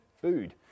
food